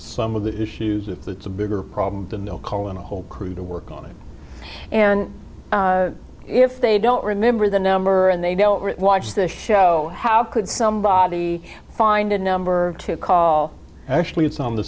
some of the issues if it's a bigger problem than they'll call in a whole crew to work on it and if they don't remember the number and they know watch the show how could somebody find a number to call actually it's on the